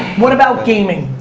what about gaming?